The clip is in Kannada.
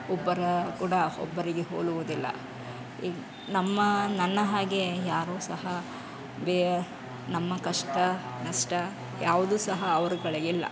ಒಬ್ಬರ ಗುಣ ಒಬ್ಬರಿಗೆ ಹೋಲುವುದಿಲ್ಲ ಈಗ ನಮ್ಮ ನನ್ನ ಹಾಗೆ ಯಾರು ಸಹ ಬೇರೆ ನಮ್ಮ ಕಷ್ಟ ನಷ್ಟ ಯಾವುದು ಸಹ ಅವರುಗಳಿಗಿಲ್ಲ